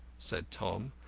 said tom,